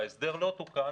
וההסדר לא תוקן,